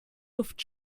luft